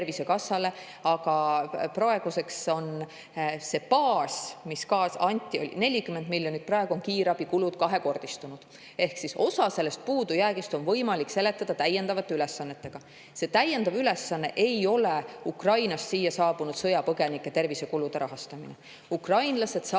Tervisekassale ja see baas, mis kaasa anti, oli 40 miljonit, aga praegu on kiirabikulud kahekordistunud. Ehk osa sellest puudujäägist on võimalik seletada täiendavate ülesannetega. Täiendav ülesanne ei ole Ukrainast siia saabunud sõjapõgenike tervisekulude rahastamine. Ukrainlased saavad